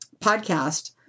podcast